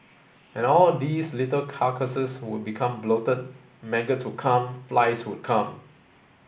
and all these little carcasses would become bloated maggots would come flies would come